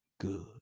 good